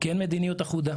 כי אין מדיניות אחודה.